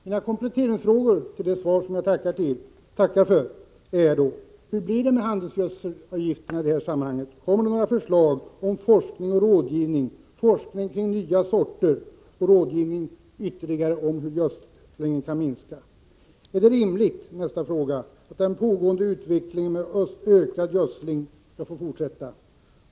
Mina kompletteringsfrågor med anledning av svaret, som jag ännu en gång tackar för, är sålunda: Hur blir det med handelsgödselavgifterna i det här sammanhanget? Kommer det några förslag om forskning och rådgivning — forskning om nya sorter och rådgivning om hur gödslingen ytterligare kan minska? Är det rimligt att den pågående utvecklingen med ökad gödsling skall få fortsätta?